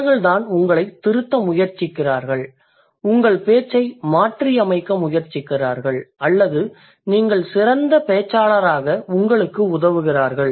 அவர்கள்தான் உங்களைத் திருத்த முயற்சிக்கிறார்கள் உங்கள் பேச்சை மாற்றியமைக்க முயற்சிக்கிறார்கள் அல்லது நீங்கள் சிறந்த பேச்சாளர் ஆக உங்களுக்கு உதவுகிறார்கள்